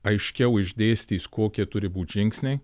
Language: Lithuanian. aiškiau išdėstys kokie turi būt žingsniai